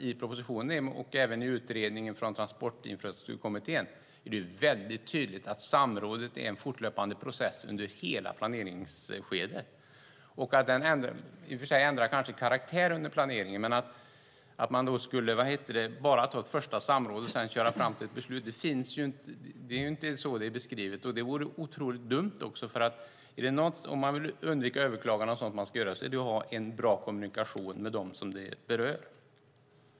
I propositionen och i utredningen från Transportinfrastrukturkommittén är det väldigt tydligt att samrådet är en fortlöpande process under hela planeringsskedet. Det ändrar i och för sig kanske karaktär under planeringen, men det är inte beskrivet så att man bara skulle ha ett första samråd och sedan köra fram till ett beslut. Det vore också otroligt dumt att göra på det sättet. Om man vill undvika överklaganden är det viktigt att ha bra kommunikation med dem som det berör.